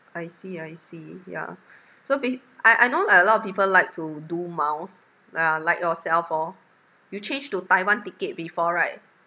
I see I see yeah so ba~ I I know like a lot of people like to do miles lah like yourself oh you change to Taiwan ticket before right